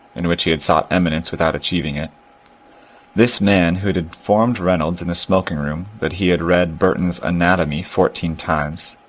in which he had sought eminence without achieving it this man who had informed reynolds in the smoking-room that he had read burton's anatomy fourteen times,